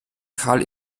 karl